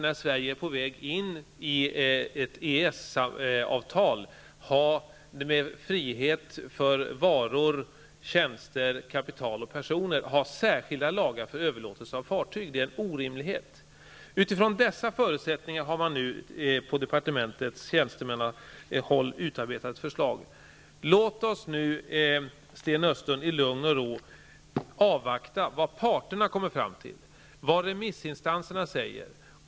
När Sverige är på väg in i ett EES-avtal med frihet för varor, tjänster, kapital och personer kan vi inte ha särskilda lagar för överlåtelse av fartyg. Det är en orimlighet. Utifrån dessa förutsättningar har nu departementets tjänstemän utarbetat ett förslag. Låt oss nu, Sten Östlund, i lugn och ro avvakta vad parterna kommer fram till och vad remissinstanserna säger.